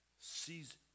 sees